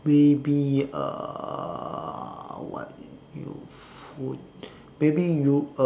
maybe uh what new food maybe you uh